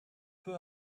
peu